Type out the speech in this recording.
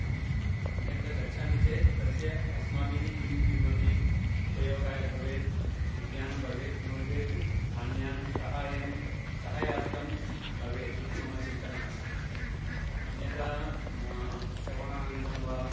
अन् अन्यत्र गच्छामि चेत् तस्य अस्माभिः किं किमपि उपयोगाय भवेत् विज्ञानं भवेत् नो चेत् अन्यान् सहायं सहायार्थं भवेत् इति मम चिन्तना अस्ति अन्यथा मा श्रवणानन्दं वा